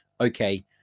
okay